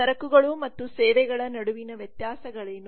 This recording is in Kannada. ಸರಕುಗಳು ಮತ್ತು ಸೇವೆಗಳ ನಡುವಿನ ವ್ಯತ್ಯಾಸಗಳೇನು